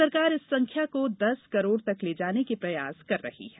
सरकार इस संख्या को दस करोड़ तक ले जाने के प्रयास कर रही है